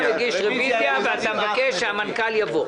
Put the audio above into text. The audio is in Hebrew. אתה מגיש רביזיה ואתה מבקש שהמנכ"ל יבוא.